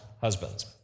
husbands